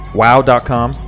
wow.com